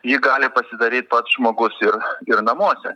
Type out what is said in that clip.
jį gali pasidaryt pats žmogus ir ir namuose